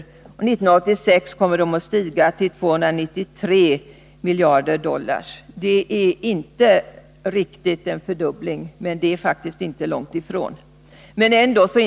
1986 kommer de att stiga till 293 miljarder dollar. Det är inte riktigt — men faktiskt inte långt ifrån — en fördubbling.